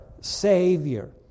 Savior